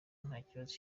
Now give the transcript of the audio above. ntakibazo